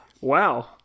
Wow